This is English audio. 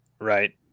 Right